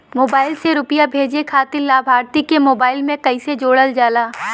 Mobile से रूपया भेजे खातिर लाभार्थी के मोबाइल मे कईसे जोड़ल जाला?